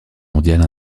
mondiale